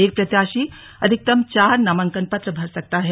एक प्रत्याशी अधिकतम चार नामांकन पत्र भर सकता है